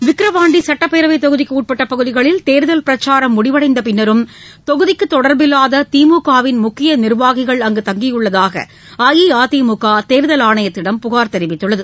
விக்கிரவாண்டி சட்டப்பேரவைத் தொகுதிக்கு உட்பட்ட பகுதிகளில் தேர்தல் பிரச்சாரம் முடிவடைந்த பின்னரும் தொகுதிக்கு தொடர்பில்லாத திமுகவின் முக்கிய நிர்வாகிகள் அங்கு தங்கியுள்ளதாக அஇஅதிமுக தேர்தல் ஆணையத்திடம் புகார் தெரிவித்துள்ளது